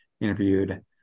interviewed